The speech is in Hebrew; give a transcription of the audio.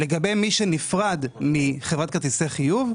לגבי מי שנפרד מחברת כרטיסי חיוב,